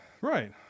Right